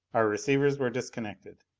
our receivers were disconnected.